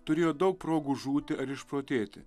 turėjo daug progų žūti ar išprotėti